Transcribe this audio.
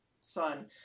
son